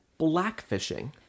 blackfishing